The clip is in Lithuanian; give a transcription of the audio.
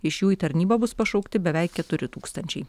iš jų į tarnybą bus pašaukti beveik keturi tūkstančiai